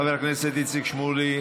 חבר הכנסת איציק שמולי,